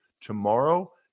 tomorrow